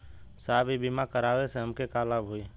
साहब इ बीमा करावे से हमके का लाभ होई?